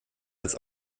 als